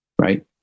right